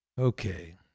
Okay